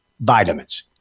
vitamins